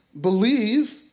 believe